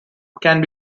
can